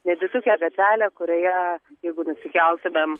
nedidukė gatvelė kurioje jeigu nusikeltumėm